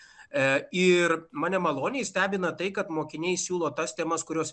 e ir mane maloniai stebina tai kad mokiniai siūlo tas temas kurios